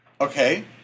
Okay